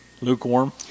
Lukewarm